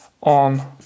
on